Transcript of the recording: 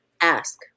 Ask